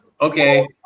Okay